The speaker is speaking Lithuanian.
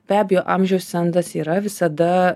be abejo amžiaus cenzas yra visada